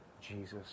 Jesus